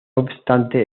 obstante